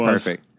Perfect